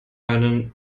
einen